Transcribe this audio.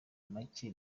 macye